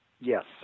Yes